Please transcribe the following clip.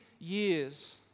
years